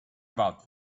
about